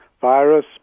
virus